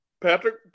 Patrick